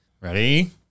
Ready